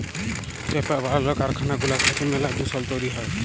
paper বালালর কারখালা গুলা থ্যাইকে ম্যালা দুষল তৈরি হ্যয়